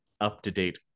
up-to-date